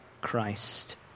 Christ